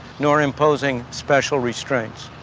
nor imposing special restraints.